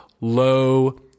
low